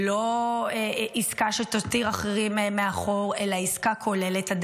לא עסקה שתותיר אחרים מאחור, אלא עסקה כוללת.